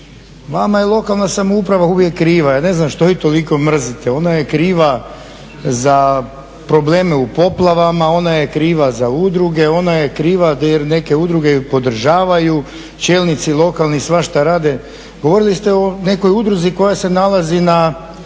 Vama je lokalna samouprava uvijek kriva, ja ne znam što je toliko mrzite. Ona je kriva za probleme u poplavama, ona je kriva za udruge, ona je kriva jer neke udruge je podržavaju, čelnici lokalni svašta rade. Govorili ste o nekoj udruzi koja se nalazi na